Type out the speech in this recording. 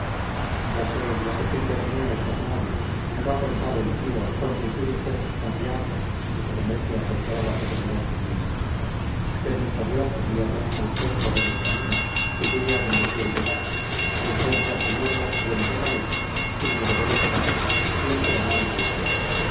ya sé ya sé que en bermeo está su novia me lo ha contado el tío con quien tiene usted sus confianzas dijo demetria con toda la serenidad del mundo permita dios que se le allanen a usted todos los caminos que llegue a donde quiere llegar y encuentre a su novia buena de salud firme de voluntad siempre amante y fiel